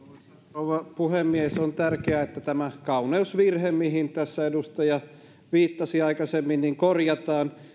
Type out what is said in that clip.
rouva puhemies on tärkeää että tämä kauneusvirhe mihin edustaja viittasi aikaisemmin korjataan